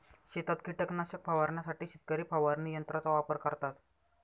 शेतात कीटकनाशक फवारण्यासाठी शेतकरी फवारणी यंत्राचा वापर करतात